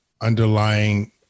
underlying